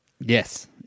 Yes